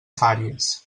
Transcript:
fàries